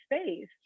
space